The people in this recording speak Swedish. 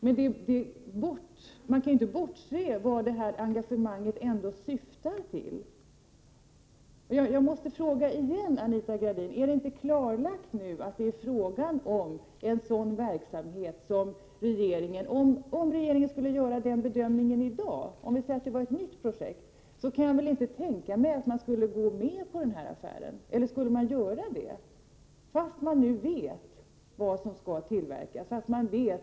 Man kan dock inte bortse från vad engagemanget syftar till. Jag måste fråga Anita Gradin om det inte är klarlagt nu att det är fråga om en sådan verksamhet som regeringen — om regeringen skulle göra den här bedömningen i dag-— inte skulle gå med på. Om det gällde ett nytt projekt så kan jag inte tänka mig att regeringen skulle gå med på den här affären, när man vet vad som skall tillverkas och vad syftet är.